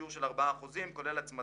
בשיעור של 4% כולל הצמדה,